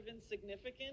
insignificant